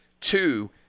Two